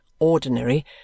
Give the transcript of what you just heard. Ordinary